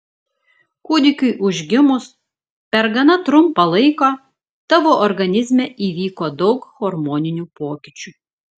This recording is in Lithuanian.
kūdikiui užgimus per gana trumpą laiką tavo organizme įvyko daug hormoninių pokyčių